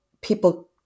People